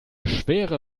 schwere